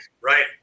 right